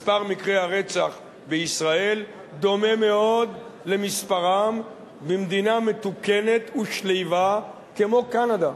מספר מקרי הרצח בישראל דומה מאוד למספרם במדינה מתוקנת ושלווה כמו קנדה,